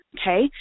okay